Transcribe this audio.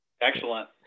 Excellent